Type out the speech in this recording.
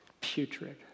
putrid